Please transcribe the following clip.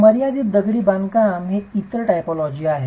मर्यादित दगडी बांधकाम ही इतर टायपोलॉजी आहे